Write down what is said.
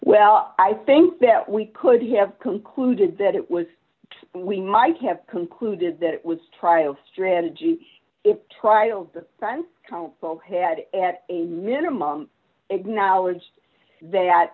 well i think that we could have concluded that it was we might have concluded that it was trial of strategy trial defense counsel had at a minimum acknowledged that